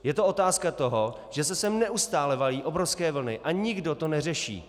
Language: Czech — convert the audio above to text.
Je to otázka toho, že se sem neustále valí obrovské vlny a nikdo to neřeší.